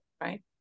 right